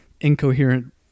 incoherent